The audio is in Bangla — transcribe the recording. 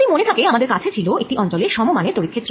যদি মনে থাকে আমাদের কাছে ছিল একটি অঞ্চলে সমমানের তড়িৎ ক্ষেত্র